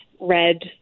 red